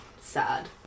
sad